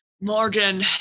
Morgan